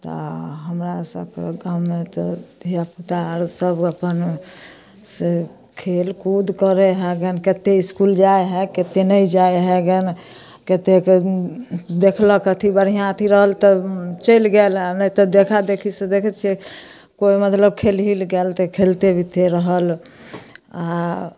तऽ हमरासभके गाममे तऽ धिआपुता आओरसभ अपन से खेलकूद करै हइ गेन कतेक इसकुल जाइ हइ कतेक नहि जाइ हइ गेन कतेक देखलक अथी बढ़िआँ अथी रहल तऽ चलि गेल नहि तऽ देखादेखी जे देखै छिए जे सबेरहिसँ कोइ मतलब खेलैलए गेल तऽ खेलिते उलिते रहल आओर